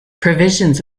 provisions